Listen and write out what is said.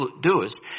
doers